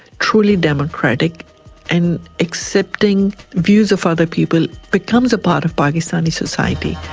truly democratic and accepting views of other people becomes a part of pakistani society,